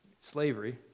slavery